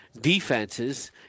defenses